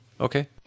Okay